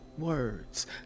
Words